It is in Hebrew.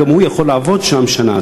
גם הוא יכול לעבוד שם שנה.